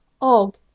Og